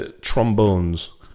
trombones